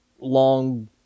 long